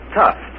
tough